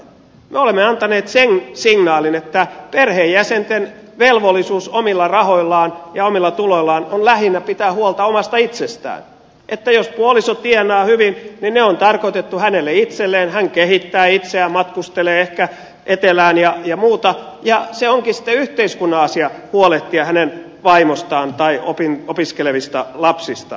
me olemme antaneet sen signaalin että perheenjäsenten velvollisuus omilla rahoillaan ja omilla tuloillaan on lähinnä pitää huolta omasta itsestään että jos puoliso tienaa hyvin niin ne on tarkoitettu hänelle itselleen hän kehittää itseään matkustelee ehkä etelään ja muuta ja se onkin sitten yhteiskunnan asia huolehtia hänen vaimostaan tai opiskelevista lapsistaan